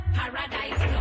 Paradise